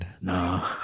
No